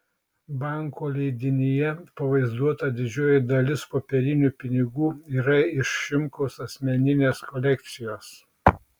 banko leidinyje pavaizduota didžioji dalis popierinių pinigų yra iš šimkaus asmeninės kolekcijos